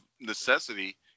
necessity